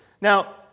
Now